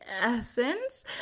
essence